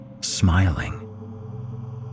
smiling